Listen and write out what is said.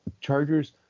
Chargers